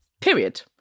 Period